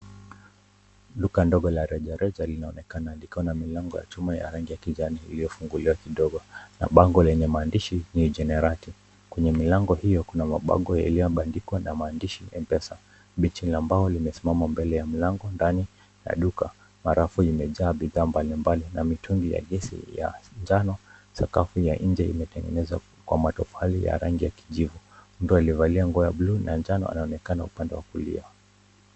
Duka ndogo la reja reja linaonekana likiwa na milango ya rangi ya kijani iliyofunguliwa kidogo, na bango lenye maandishi majerati, kwenye milango hiyo, kuna mabango ilyoandikwa na maandishi M-pesa, benchi la mbao limesimama mbele ya mlango ndani ya duka, barafu imehaa bidhaa mbalimbali na mitungi ya gesi ya njano, sakafu ya nje imetengenezwa matofali ya rangi ya kijivu, mtu aliyevalia rangi ya njani na njivu anaonekana upande wa kulia.